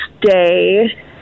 day